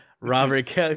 robert